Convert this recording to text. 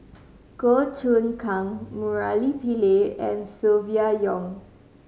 Goh Choon Kang Murali Pillai and Silvia Yong